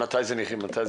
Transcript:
ממתי זה שונה?